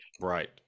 Right